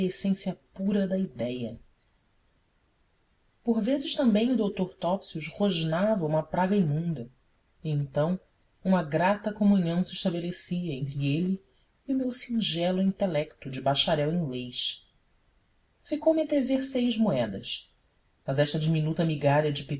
essência pura da idéia por vezes também o doutor topsius rosnava uma praga imunda e então uma grata comunhão se estabelecia entre ele e o meu singelo intelecto de bacharel em leis ficou-me a dever seis moedas mas esta diminuta migalha de